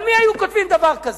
על מי היו כותבים דבר כזה?